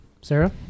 Sarah